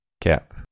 Cap